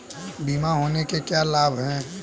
बीमा होने के क्या क्या लाभ हैं?